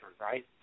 right